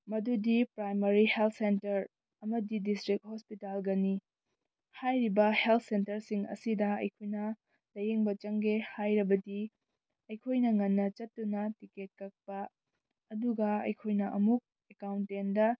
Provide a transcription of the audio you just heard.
ꯃꯗꯨꯗꯤ primary health centre ꯑꯃꯗꯤ district ꯍꯣꯁꯄꯤꯇꯥꯜꯒꯅꯤ ꯍꯥꯏꯔꯤꯕ ꯍꯦꯜꯠ ꯁꯦꯟꯇ꯭ꯔꯁꯤꯡ ꯑꯁꯤꯗ ꯑꯩꯈꯣꯏꯅ ꯂꯥꯏꯌꯦꯡꯕ ꯆꯪꯒꯦ ꯍꯥꯏꯔꯕꯗꯤ ꯑꯩꯈꯣꯏꯅ ꯉꯟꯅ ꯆꯠꯇꯨꯅ ꯇꯤꯛꯀꯦꯠ ꯀꯛꯄ ꯑꯗꯨꯒ ꯑꯩꯈꯣꯏꯅ ꯑꯃꯨꯛ ꯑꯦꯛꯀꯥꯎꯟꯇꯦꯟꯗ